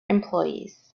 employees